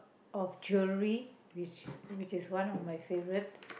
of jewellery which which is one of my favourite